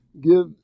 give